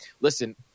listen